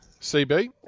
CB